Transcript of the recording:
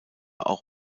auch